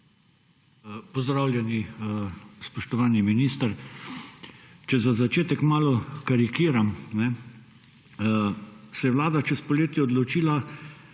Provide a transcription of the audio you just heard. Pozdravljeni, spoštovani minister! Če za začetek malo karikiram, se je vlada čez poletje odločila,